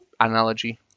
analogy